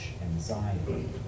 anxiety